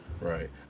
Right